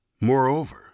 Moreover